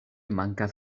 mankas